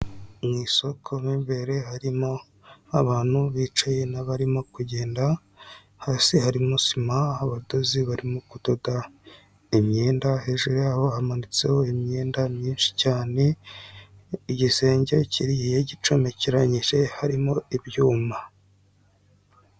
Mu isoko mo imbere harimo abantu bicaye n'abarimo kugenda, hasi harimo sima, abadozi barimo kudoda imyenda, hejuru yabo hamanitseho imyenda myinshi cyane, igisenge kigiye gicomekeranyije harimo ibyuma.